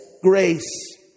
grace